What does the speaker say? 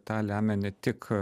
tą lemia ne tik